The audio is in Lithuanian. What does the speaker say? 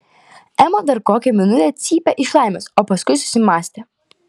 ema dar kokią minutę cypė iš laimės o paskui susimąstė